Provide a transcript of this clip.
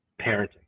parenting